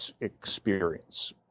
experience